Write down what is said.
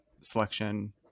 selection